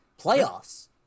Playoffs